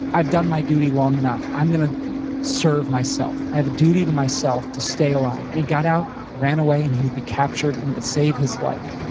i've done my duty long enough. i'm gonna serve myself. i have a duty to myself to stay alive. and he got out, ran away, and he would be captured, and it would save his life.